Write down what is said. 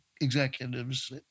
executives